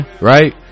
Right